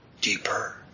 deeper